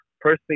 personally